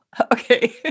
Okay